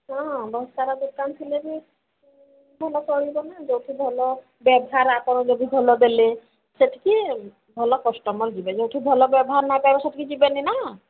ହଁ ବହୁସାରା ଦୋକାନ ଥିଲେ ବି ଭଲ ଚଳିବ ନା ଯୋଉଠି ଭଲ ବ୍ୟବହାର ଆପଣ ଯଦି ଭଲ ଦେଲେ ସେଠିକି ଭଲ କଷ୍ଟମର୍ ଯିବେ ଯୋଉଠି ଭଲ ବ୍ୟବହାର ନ ପାଇବେ ସେଠିକି ଯିବେନି ନା